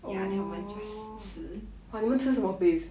ya then 我们 just 吃